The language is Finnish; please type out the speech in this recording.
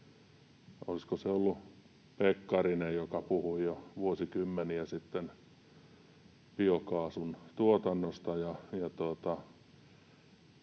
Olisiko se ollut Pekkarinen, joka puhui jo vuosikymmeniä sitten biokaasun tuotannosta.